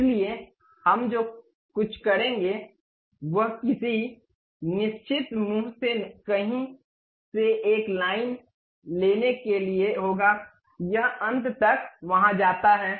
इसलिए हम जो कुछ करेंगे वह किसी निश्चित मुंह से कहीं से एक लाइन लेने के लिए होगा यह अंत तक वहां जाता है